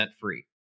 free